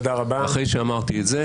אחרי שאמרתי את זה,